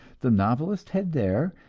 the novelist had there,